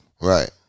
Right